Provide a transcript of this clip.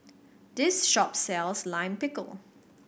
this shop sells Lime Pickle